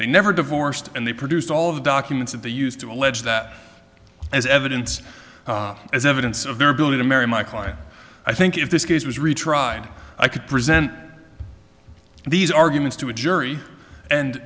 they never divorced and they produced all of the documents of the use to allege that as evidence as evidence of their ability to marry my client i think if this case was retried i could present these arguments to a jury and